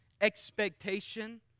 expectation